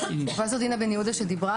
פרופ' דינה בן יהודה דיברה.